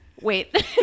wait